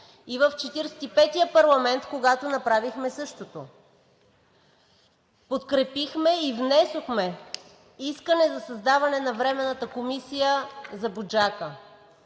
и в 45-ия парламент, когато направихме същото. Подкрепихме и внесохме искане за създаване на Временната комисия за „Буджака“